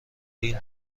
این